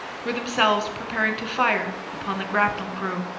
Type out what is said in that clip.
were themselves preparing to fire upon the grapnel crew.